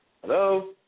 Hello